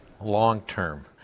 long-term